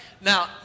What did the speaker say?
Now